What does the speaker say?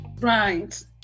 right